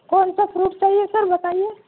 کون سا فروٹ چاہیے سر بتائیے